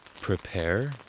prepare